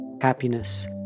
happiness